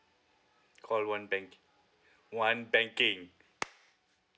call one banking one banking